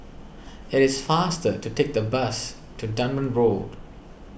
it is faster to take the bus to Dunman Road